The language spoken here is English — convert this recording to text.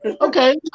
Okay